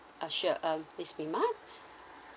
ah sure um miss mima